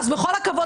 אז בכל הכבוד,